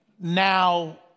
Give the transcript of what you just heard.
now